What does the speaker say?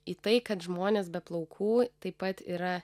į tai kad žmonės be plaukų taip pat yra